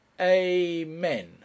Amen